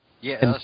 Yes